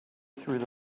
through